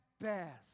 best